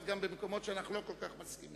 גם במקומות שאנחנו לא כל כך מסכימים.